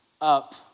up